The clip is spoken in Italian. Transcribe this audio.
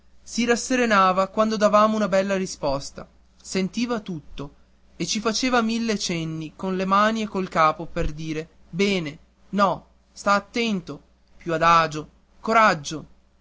si rasserenava quando davamo una bella risposta sentiva tutto e ci faceva mille cenni con le mani e col capo per dire bene no sta attento più adagio coraggio